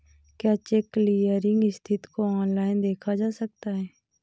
क्या cheque clearing स्थिति को ऑनलाइन देखा जा सकता है?